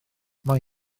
mae